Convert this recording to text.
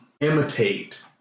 imitate